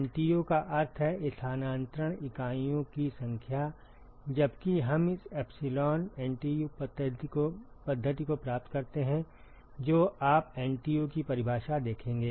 NTU का अर्थ है स्थानांतरण इकाइयों की संख्या जबकि हम इस एप्सिलॉन एनटीयू पद्धति को प्राप्त करते हैं तो आप एनटीयू की परिभाषा देखेंगे